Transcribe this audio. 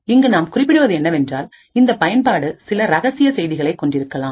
இங்கு நாம்குறிப்பிடுவது என்னவென்றால் இந்த பயன்பாடு சில ரகசிய செய்திகளை கொண்டிருக்கலாம்